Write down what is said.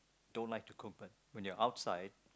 I don't like to cook but when you're outside